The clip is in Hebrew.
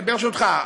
ברשותך,